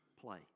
play